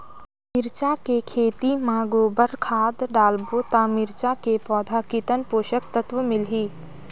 मिरचा के खेती मां गोबर खाद डालबो ता मिरचा के पौधा कितन पोषक तत्व मिलही?